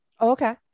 okay